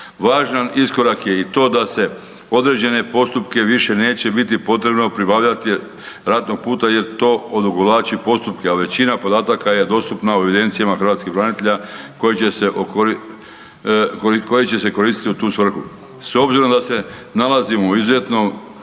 Važan iskorak je i to da se određene postupke više neće biti potrebno pribavljati, ratnog puta jer to odugovlači postupke, a većina podataka je dostupna u evidencijama hrvatskih branitelja koji će se koristiti u tu svrhu. S obzirom da se nalazimo u izazovnom